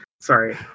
Sorry